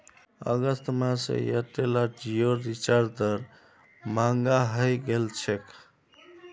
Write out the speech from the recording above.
अगस्त माह स एयरटेल आर जिओर रिचार्ज दर महंगा हइ गेल छेक